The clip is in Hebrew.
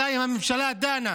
מתי הממשלה דנה